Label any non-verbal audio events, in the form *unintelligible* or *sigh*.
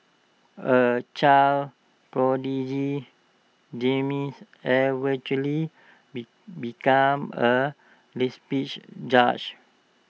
A child prodigy *unintelligible* eventually be became A *unintelligible* judge